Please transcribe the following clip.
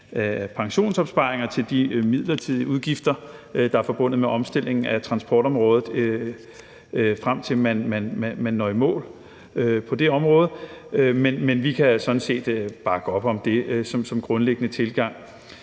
pensionsopsparinger til de midlertidige udgifter, der er forbundet med omstillingen af transportområdet, altså rykke det frem til, man når i mål på det område. Men vi kan sådan set bakke op om det som grundlæggende tilgang.